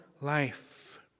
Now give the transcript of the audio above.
life